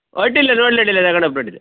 ಅಡ್ಡಿಲ್ಲ ನೋಡ್ಲು ಅಡ್ಡಿಲ್ಲ ಅಡ್ಡಿಲ್ಲ